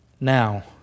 now